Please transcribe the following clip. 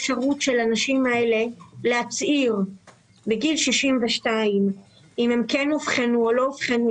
אפשרות להצהיר בגיל 62 אם הן כן אובחנו או לא אובחנו .